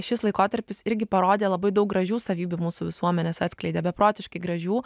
šis laikotarpis irgi parodė labai daug gražių savybių mūsų visuomenės atskleidė beprotiškai gražių